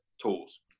tools